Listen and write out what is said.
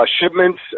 shipments